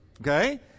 Okay